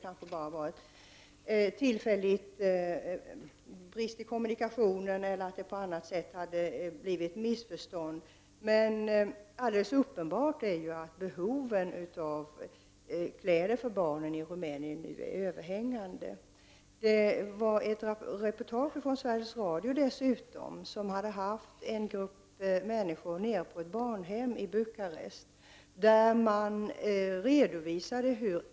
Kanske var det fråga om tillfälligt bristande kommunikationer eller om ett missförstånd i det här fallet. Det är dock alldeles uppenbart att det finns ett överhängande behov av kläder när det gäller barnen i Rumänien. En grupp från Sveriges Radio har varit på besök på ett barnhem i Bukarest och gjort ett reportage.